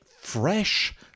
Fresh